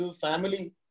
family